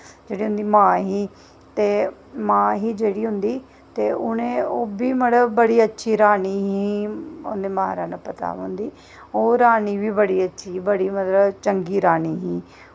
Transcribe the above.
जेह्ड़ी उं'दी मां ही ते मां ही जेह्ड़ी उं'दी ते उ'नें ओह् बी मतलब बड़ी अच्छी रानी ही उ'नें महाराणा प्रताप हुंदी ओह् रानी बी बड़ी अच्छी ही बड़ी मतलब चंगी रानी ही